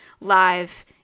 live